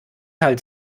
halt